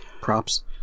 props